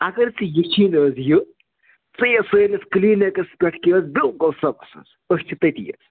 اگر ژےٚ یہِ چھِی روزِ یہِ ژٕ یہِ سٲنِس کٕلیٖنِکَس پٮ۪ٹھ کہِ بِلکُل صُبحس حظ أسۍ چھِ تٔتی حظ